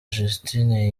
justine